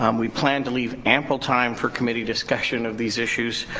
um we plan to leave ample time for committee discussion of these issues.